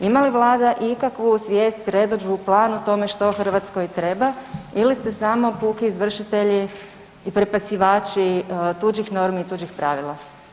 Ima li Vlada ikakvu svijest, predodžbu, plan o tome što Hrvatskoj treba ili ste samo puki izvršitelji i prepisivači tuđih normi i tuđih pravila?